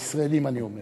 "כישראלים", אני אומר.